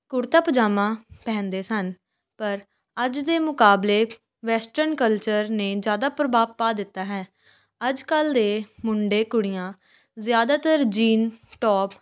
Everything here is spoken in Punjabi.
ਕੁੜਤਾ ਪਜਾਮਾ ਪਹਿਨਦੇ ਸਨ ਪਰ ਅੱਜ ਦੇ ਮੁਕਾਬਲੇ ਵੈਸਟਰਨ ਕਲਚਰ ਨੇ ਜ਼ਿਆਦਾ ਪ੍ਰਭਾਵ ਪਾ ਦਿੱਤਾ ਹੈ ਅੱਜ ਕੱਲ੍ਹ ਦੇ ਮੁੰਡੇ ਕੁੜੀਆਂ ਜ਼ਿਆਦਾਤਰ ਜੀਨ ਟੋਪ